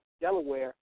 Delaware